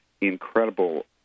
incredible